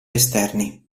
esterni